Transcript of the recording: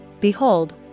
Behold